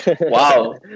wow